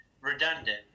redundant